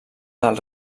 del